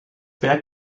werk